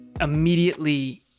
immediately